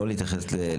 לא להתייחס לפעולה.